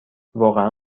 واقعا